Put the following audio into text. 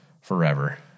forever